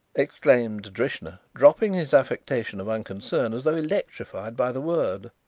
exclaimed drishna, dropping his affectation of unconcern as though electrified by the word,